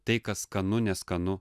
tai kas skanu neskanu